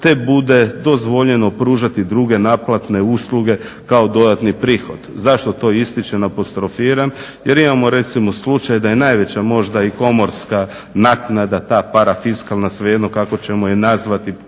te bude dozvoljeno pružati druge naplatne usluge kao dodatni prihod. Zašto to ističem, apostrofiram? Jer imamo recimo slučaj da je najveća možda i komorska naknada ta parafiskalna svejedno kako ćemo je nazvati